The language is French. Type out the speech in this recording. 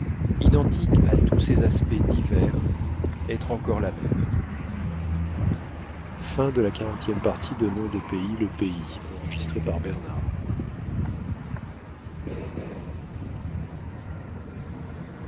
identique en tous ces aspects divers être encore la mer